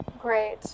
Great